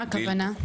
מה כוונה?